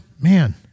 man